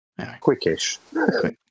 Quickish